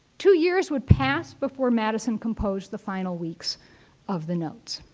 two years would pass before madison composed the final weeks of the notes.